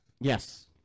Yes